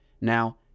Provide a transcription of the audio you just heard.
Now